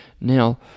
now